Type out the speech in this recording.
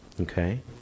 Okay